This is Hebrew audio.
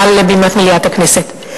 מעל בימת מליאת הכנסת.